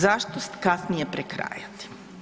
Zašto kasnije prekrajati?